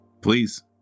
Please